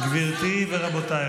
גברתי ורבותיי,